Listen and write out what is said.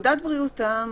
פקודת בריאות העם